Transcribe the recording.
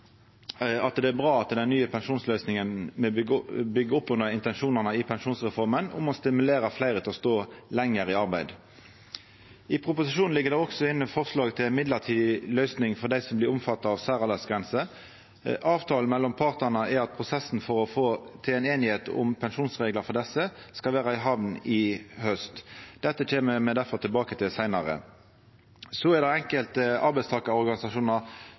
det er bra at den nye pensjonsløysinga byggjer opp under intensjonane i pensjonsreforma om å stimulera fleire til å stå lenger i arbeid. I proposisjonen ligg det også inne forslag til ei mellombels løysing for dei som blir omfatta av særaldersgrenser. Avtalen mellom partane er at prosessen for å få til ei einigheit om pensjonsreglar for desse skal vera i hamn i haust. Dette kjem me difor tilbake til seinare. Så er det enkelte arbeidstakarorganisasjonar